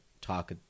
talk